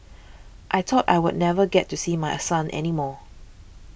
I thought I would never get to see my son any more